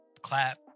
clap